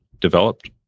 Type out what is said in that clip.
developed